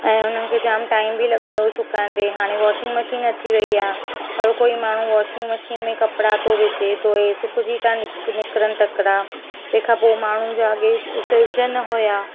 ऐं हुननि खे जामु टाइम बि लॻंदो हुयो सुकाइण ते हाणे वॉशिंग मशीन अची वई आहे हर कोई माण्हू वॉशिंग मशीन में कपिड़ा थो विझे धोए सुकिजी था नि निकिरनि तकिड़ा तंहिंखां पोइ माण्हुनि जा अॻे फ्रिज़ न हुया